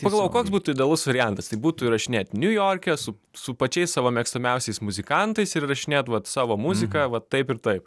pagalvojau koks būtų idealus variantas tai būtų įrašinėt niujorke su su pačiais savo mėgstamiausiais muzikantais ir įrašinėt vat savo muziką vat taip ir taip